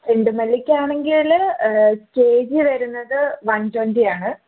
ചെണ്ടുമല്ലിക്കാണെങ്കിൽ K G വരുന്നത് one twenty ആണ്